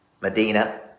Medina